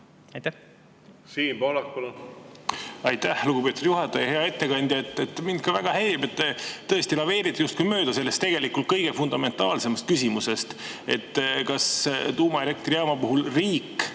Siim Pohlak, palun! Aitäh, lugupeetud juhataja! Hea ettekandja! Mind väga häirib, et te tõesti laveerite justkui mööda sellest tegelikult kõige fundamentaalsemast küsimusest, kas tuumaelektrijaama puhul riik